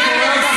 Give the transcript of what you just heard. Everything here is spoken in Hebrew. תאמין לי.